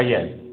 ଆଜ୍ଞା